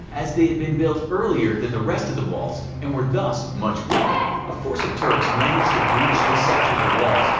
as they had been built earlier than the rest of the walls and were thus much weaker. a force of turks managed to breach this section of the walls,